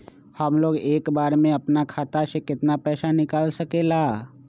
हमलोग एक बार में अपना खाता से केतना पैसा निकाल सकेला?